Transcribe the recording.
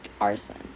arson